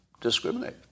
discriminate